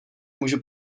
můžu